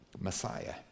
Messiah